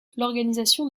l’organisation